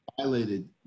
violated